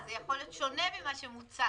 הנוסחה